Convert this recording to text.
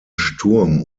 sturm